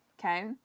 Okay